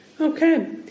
Okay